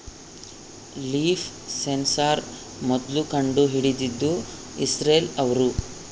leaf sensor ಮೊದ್ಲು ಕಂಡು ಹಿಡಿದಿದ್ದು ಇಸ್ರೇಲ್ ಅವ್ರು